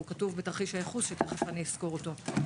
והוא כתוב בתרחיש הייחוס שאני תכף אסקור אותו.